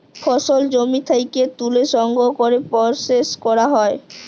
ফসল জমি থ্যাকে ত্যুলে সংগ্রহ ক্যরে পরসেস ক্যরা হ্যয়